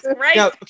right